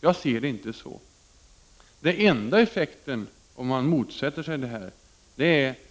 Jag ser det inte så. Om man motsätter sig det här blir den enda effekten